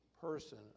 person